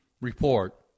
report